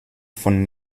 von